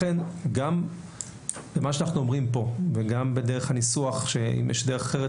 לכן מה שגם אנחנו אומרים כאן וגם בדרך הניסוח אולי יש דרך אחרת